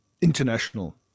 international